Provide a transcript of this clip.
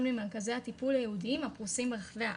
ממרכזי הטיפול הייעודיים הפרוסים ברחבי הארץ,